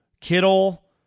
Kittle